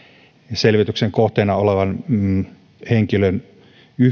selvityksen kohteena olevan henkilön